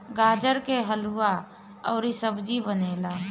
गाजर के हलुआ अउरी सब्जी बनेला